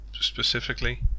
specifically